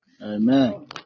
Amen